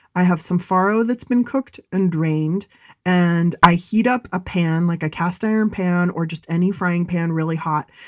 i have some faro that's been cooked and drained and i heat up a pan, like a cast iron pan or just any frying pan really hot.